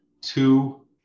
two